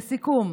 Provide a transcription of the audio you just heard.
לסיכום,